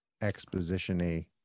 exposition-y